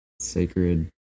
sacred